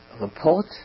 report